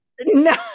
No